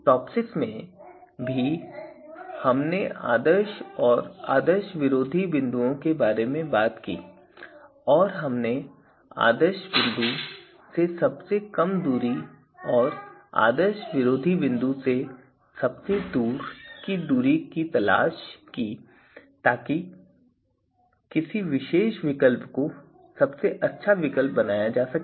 टॉपसिसमें भी हमने आदर्श और आदर्श विरोधी बिंदुओं के बारे में बात की और हमने आदर्श बिंदु से सबसे कम दूरी और आदर्श विरोधी बिंदु से सबसे दूर की दूरी की तलाश की ताकि किसी विशेष विकल्प को सबसे अच्छा विकल्प बनाया जा सके